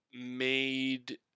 made